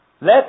Let